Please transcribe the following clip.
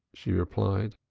she replied.